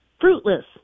fruitless